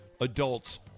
adults